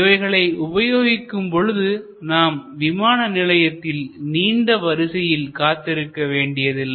இவைகளை உபயோகிக்கும் பொழுது நாம் விமான நிலையத்தில் நீண்ட வரிசையில் காத்திருக்க வேண்டியதில்லை